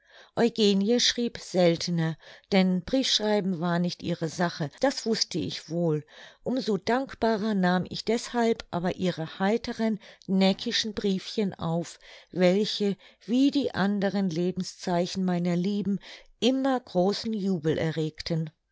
eugenie schrieb seltener denn briefschreiben war nicht ihre sache das wußte ich wohl um so dankbarer nahm ich deshalb aber ihre heiteren neckischen briefchen auf welche wie die anderen lebenszeichen meiner lieben immer großen jubel erregten